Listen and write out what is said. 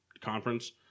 conference